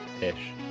Ish